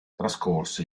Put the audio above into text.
trascorse